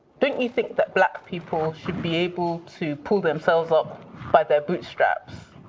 don't you think that black people should be able to pull themselves up by their bootstraps?